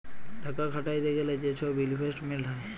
টাকা খাটাইতে গ্যালে যে ছব ইলভেস্টমেল্ট হ্যয়